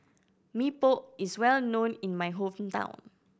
Mee Pok is well known in my hometown